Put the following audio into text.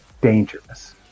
dangerous